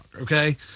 Okay